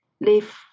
leave